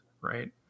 Right